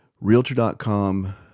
Realtor.com